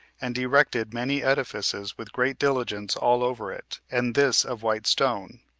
and erected many edifices with great diligence all over it, and this of white stone.